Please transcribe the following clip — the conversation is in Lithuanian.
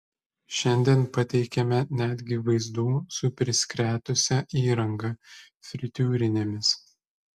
šiandien pateikėme netgi vaizdų su priskretusia įranga fritiūrinėmis